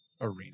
arena